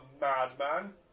madman